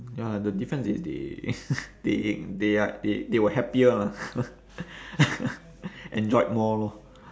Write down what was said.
ya the difference is they they they are they they were happier lah enjoyed more lor